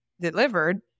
delivered